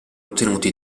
ottenuti